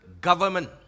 government